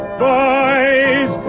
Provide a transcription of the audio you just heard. boys